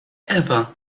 ewa